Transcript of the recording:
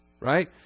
right